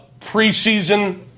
preseason